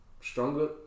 stronger